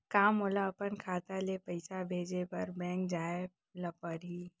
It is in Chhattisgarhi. का मोला अपन खाता ले पइसा भेजे बर बैंक जाय ल परही?